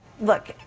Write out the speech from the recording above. Look